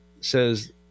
says